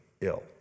ill